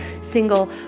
single